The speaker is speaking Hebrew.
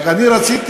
רק אני רציתי,